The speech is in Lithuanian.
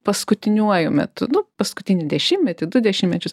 paskutiniuoju metu paskutinį nu dešimtmetį du dešimtmečius